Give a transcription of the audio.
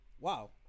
Wow